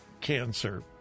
cancer